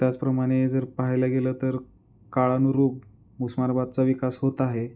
त्याचप्रमाणे जर पहायला गेलं तर काळानुरूप उस्मानाबादचा विकास होत आहे